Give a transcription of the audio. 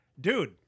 dude